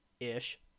ish